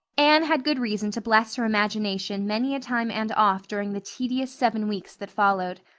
anne had good reason to bless her imagination many a time and oft during the tedious seven weeks that followed.